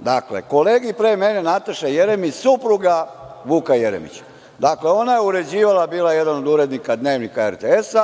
Dakle, kolegi pre mene, Nataša Jeremić, supruga Vuka Jeremića. Dakle, ona je uređivala, bila je jedan od urednika „Dnevnika“ RTS,